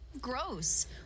Gross